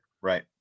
Right